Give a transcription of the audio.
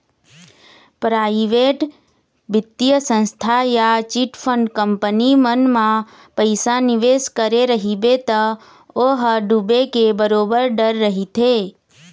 private बित्तीय संस्था या चिटफंड कंपनी मन म पइसा निवेस करे रहिबे त ओ ह डूबे के बरोबर डर रहिथे